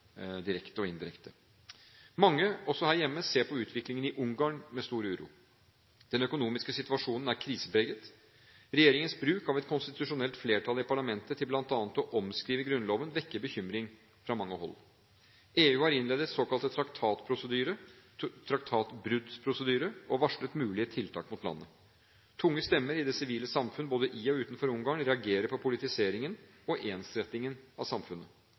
direkte og indirekte. Mange, også her hjemme, ser på utviklingen i Ungarn med stor uro. Den økonomiske situasjonen er krisepreget. Regjeringens bruk av et konstitusjonelt flertall i parlamentet til bl.a. å omskrive grunnloven vekker bekymring fra mange hold. EU har innledet såkalt traktatbruddprosedyre og varslet mulige tiltak mot landet. Tunge stemmer i det sivile samfunn, både i og utenfor Ungarn, reagerer på politiseringen og ensrettingen av samfunnet.